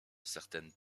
certaines